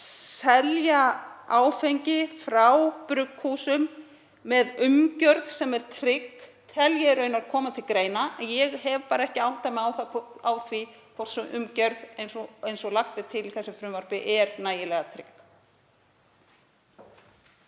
selja áfengi frá brugghúsum með umgjörð sem er trygg tel ég raunar koma til greina. En ég hef bara ekki áttað mig á því hvort sú umgjörð, sem lögð er til í þessu frumvarpi, er nægilega trygg.